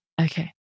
Okay